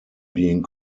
being